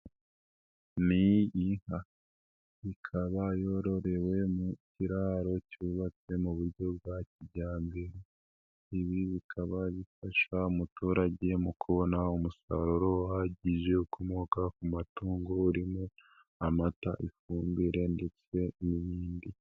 Ni inka ikaba yororewe mu kiraro cyubatse mu buryo bwa kijyambere, ibi bikaba bifasha umuturage mu kubona umusaruro uhagije ukomoka ku matungo urimo amata, ifumbire ndetse n'ibindi.